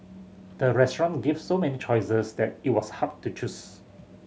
the restaurant gave so many choices that it was hard to choose